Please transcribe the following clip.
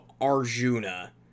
Arjuna